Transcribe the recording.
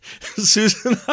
Susan